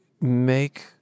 make